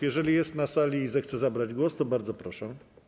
Jeżeli pani jest na sali i zechce zabrać głos, to bardzo proszę.